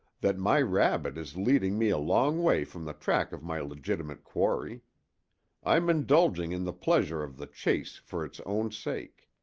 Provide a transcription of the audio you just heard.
that my rabbit is leading me a long way from the track of my legitimate quarry i'm indulging in the pleasure of the chase for its own sake.